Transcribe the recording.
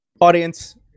Audience